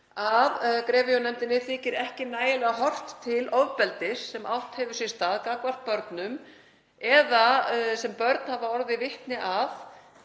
að GREVIO-nefndinni þyki ekki nægjanlega horft til ofbeldis sem átt hefur sér stað gagnvart börnum eða sem börn hafa orðið vitni að,